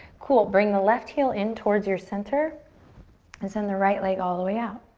cool, bring the left heel in towards your center and send the right leg all the way out.